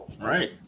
Right